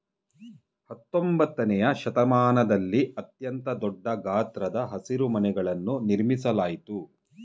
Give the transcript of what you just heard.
ಹತ್ತೊಂಬತ್ತನೆಯ ಶತಮಾನದಲ್ಲಿ ಅತ್ಯಂತ ದೊಡ್ಡ ಗಾತ್ರದ ಹಸಿರುಮನೆಗಳನ್ನು ನಿರ್ಮಿಸಲಾಯ್ತು